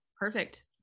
Perfect